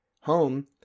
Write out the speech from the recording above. home